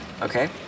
Okay